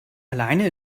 alleine